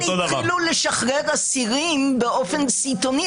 לכן התחילו לשחרר אסירים באופן סיטוני.